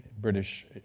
British